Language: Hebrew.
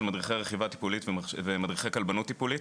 מדריכי רכיבה טיפולית ומדריכי כלבנות טיפולית.